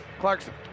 Clarkson